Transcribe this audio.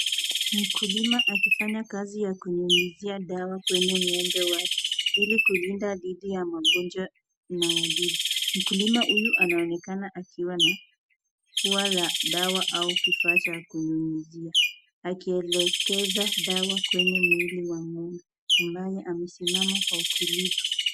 Mkulima akifanya kazi ya kunyunyuzia dawa kwenye ng'ombe wake, ili kulinda dhidi ya magonjwa na wadudu. Mkulima huyu anaonekana akiwa na dua la dawa ama kifaa ya kunyunyuzia, akielekeza dawa kwenye mwili wa mnyama ambaye amesimama kwa utulivu.